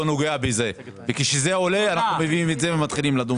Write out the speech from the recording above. נוגע לזה וכשזה עולה אתם מתחילים להביא את זה ולהתחיל לדון.